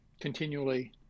continually